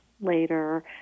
later